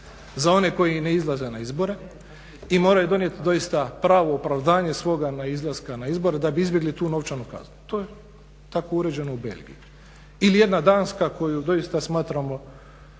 za one koji ne izlaze na izbore i moraju donijeti doista pravo opravdanje svoga neizlaska na izbore da bi izbjegli tu novčanu kaznu. To je tako uređeno u Belgiji. Ili jedna Danska koju doista smatramo